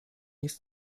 jest